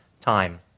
time